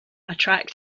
attract